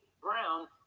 brown